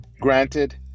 Granted